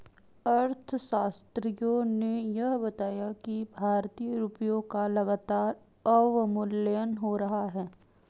अर्थशास्त्रियों ने यह बताया कि भारतीय रुपयों का लगातार अवमूल्यन हो रहा है